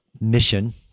mission